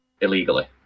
illegally